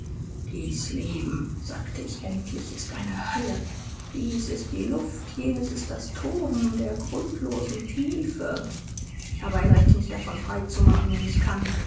dies leben sagte ich endlich ist eine hölle dies ist die luft jenes ist das toben der grundlosen tiefe ich habe ein recht mich davon frei zu machen wenn ich kann